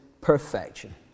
perfection